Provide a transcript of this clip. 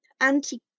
anti